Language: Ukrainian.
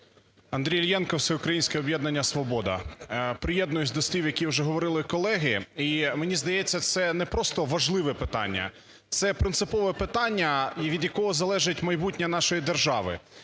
Андрій Іллєнко, Всеукраїнське об'єднання "Свобода". Приєднуюсь до слів, які вже говорили колеги. І мені здається, це не просто важливе питання, це принципове питання, від якого залежить майбутнє нашої держави.